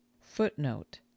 Footnote